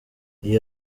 iyi